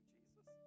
Jesus